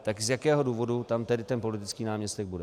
Tak z jakého důvodu tam tedy ten politický náměstek bude?